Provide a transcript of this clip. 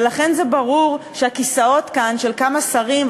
ולכן זה ברור שהכיסאות כאן של כמה שרים,